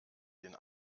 den